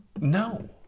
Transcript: no